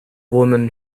woman